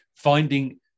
Finding